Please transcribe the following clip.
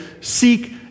seek